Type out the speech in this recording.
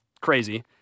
crazy